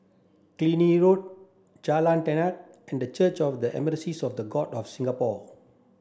Killiney Road Jalan Tenang and Church of the Assemblies of the God of Singapore